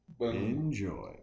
enjoy